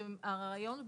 הרעיון הוא